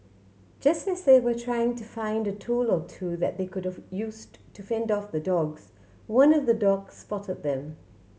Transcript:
just as they were trying to find a tool or two that they could of use to fend off the dogs one of the dogs spotted them